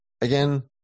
again